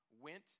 went